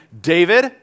David